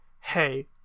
Hey